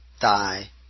die